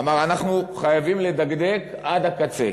אמר: אנחנו חייבים לדקדק עד הקצה.